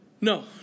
No